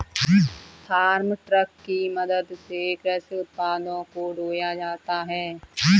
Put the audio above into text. farm truck की मदद से कृषि उत्पादों को ढोया जाता है